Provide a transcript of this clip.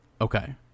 Okay